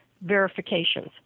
verifications